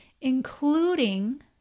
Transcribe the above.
including